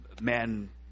man